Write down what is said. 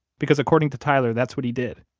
because according to tyler, that's what he did,